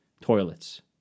toilets